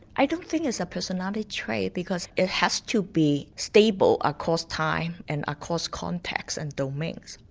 i don't think it's a personality trait because it has to be stable across time and across contacts and domains.